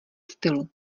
stylu